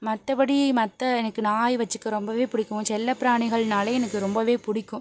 மற்றபடி மற்ற எனக்கு நாய் வச்சிக்க ரொம்பவே பிடிக்கும் செல்ல பிராணிகள்னாலே எனக்கு ரொம்பவே பிடிக்கும்